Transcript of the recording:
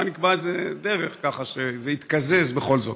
אולי נקבע איזו דרך, כך שזה יתקזז בכל זאת.